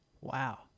Wow